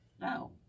No